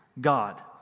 God